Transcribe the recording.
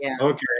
okay